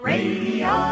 Radio